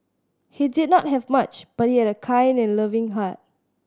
he did not have much but he had a kind and loving heart